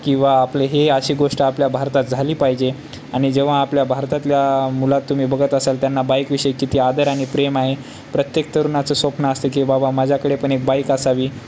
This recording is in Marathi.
किंवा आपले हे अशी गोष्ट आपल्या भारतात झाली पाहिजे आणि जेव्हा आपल्या भारतातल्या मुलात तुम्ही बघत असाल त्यांना बाईकविषयी किती आदर आणि प्रेम आहे प्रत्येक तरुणाचं स्वप्न असते की बाबा माझ्याकडे पण एक बाईक असावी